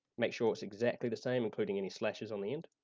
make sure it's exactly the same, including any slashes on the end.